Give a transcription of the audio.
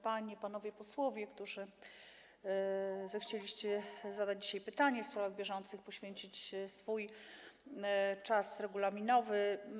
Panie i Panowie Posłowie, którzy zechcieliście zadać dzisiaj pytanie w sprawach bieżących i poświęcić swój czas regulaminowy!